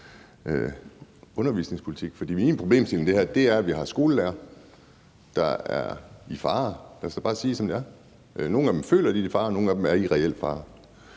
undervisningspolitik. Hele problemstillingen i det her er, at vi har skolelærere, der er i fare; lad os da bare sige det, som det er. Nogle af dem føler, at de er i fare, og nogle af dem er i reel fare.